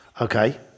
Okay